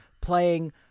playing